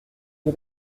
peu